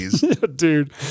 Dude